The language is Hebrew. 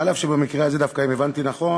אף שבמקרה הזה דווקא, אם הבנתי נכון,